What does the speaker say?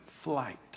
flight